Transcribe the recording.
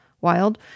wild